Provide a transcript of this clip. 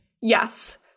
Yes